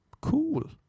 Cool